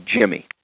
Jimmy